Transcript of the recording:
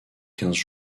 quinze